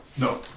No